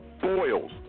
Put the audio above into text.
boils